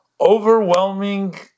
overwhelming